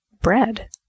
bread